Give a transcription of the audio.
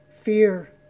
fear